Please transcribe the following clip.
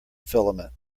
filament